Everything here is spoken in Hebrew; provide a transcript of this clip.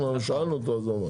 שאלנו אותו והוא אמר.